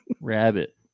rabbit